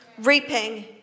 reaping